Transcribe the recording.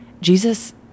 Jesus